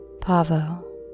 Pavo